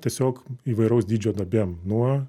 tiesiog įvairaus dydžio duobėm nuo